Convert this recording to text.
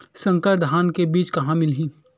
संकर धान के बीज कहां मिलही?